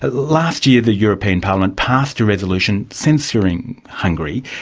ah last year the european parliament passed a resolution censoring hungary.